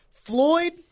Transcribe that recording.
Floyd